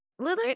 Lillard